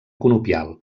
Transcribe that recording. conopial